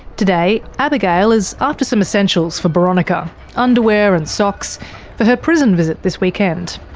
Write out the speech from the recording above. today abigail is after some essentials for boronika underwear and socks for her prison visit this weekend.